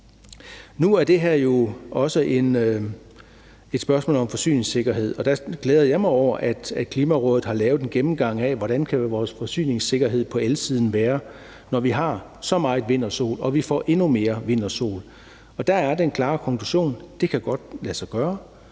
Nu er det her jo også et spørgsmål om forsyningssikkerhed, og der glæder jeg mig over, at Klimarådet har lavet en gennemgang af, hvordan vores forsyningssikkerhed på elsiden kan være, når vi har så meget vind og sol og vi får endnu mere vind og sol, og der er den klare konklusion, at det godt kan lade sig gøre.